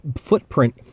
footprint